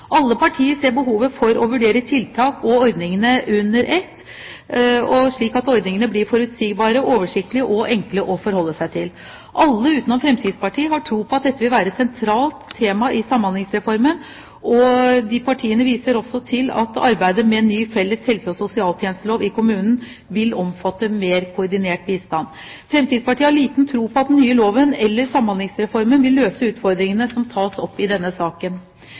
Alle partier ser behovet for å vurdere tiltak og ordninger under ett, slik at ordningene blir forutsigbare, oversiktlige og enkle å forholde seg til. Alle utenom Fremskrittspartiet har tro på at dette vil være et sentralt tema i Samhandlingsreformen, og disse partiene viser til at arbeidet med en ny felles helse- og sosialtjenestelov i kommunen vil omfatte mer koordinert bistand. Fremskrittspartiet har liten tro på at den nye loven eller Samhandlingsreformen vil løse de utfordringene som tas opp i denne saken.